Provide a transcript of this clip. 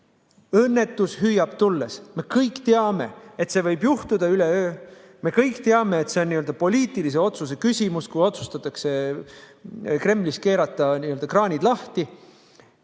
Õnnetus hüüab tulles. Me kõik teame, et see võib juhtuda üleöö. Me kõik teame, et see on poliitilise otsuse küsimus, kui otsustatakse Kremlis n-ö kraanid lahti